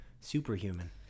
superhuman